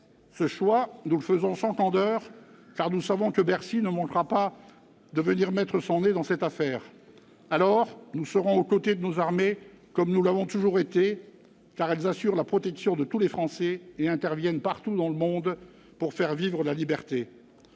Ce choix, nous le faisons sans candeur, car nous savons que Bercy ne manquera pas de venir mettre son nez dans cette affaire. Alors, nous serons aux côtés de nos armées, comme nous l'avons toujours été, car elles assurent la protection de tous les Français et interviennent partout dans le monde pour faire vivre la liberté.